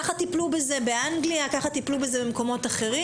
כך טיפלו בזה באנגליה ובמקומות אחרים.